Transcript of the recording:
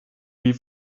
wie